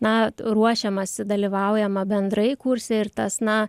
na ruošiamasi dalyvaujama bendrai kurse ir tas na